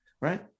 right